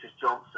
Johnson